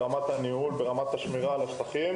גם ברמת הניהול וגם ברמת השמירה על השטחים.